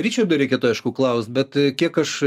ričardo reikėtų aišku klaust bet kiek aš